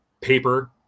paper